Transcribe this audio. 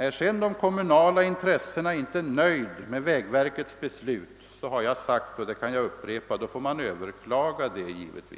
Är sedan de kommunala intressenterna inte nöjda med vägverkets beslut får de givetvis överklaga detta,